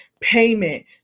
payment